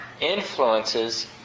influences